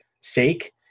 sake